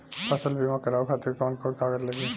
फसल बीमा करावे खातिर कवन कवन कागज लगी?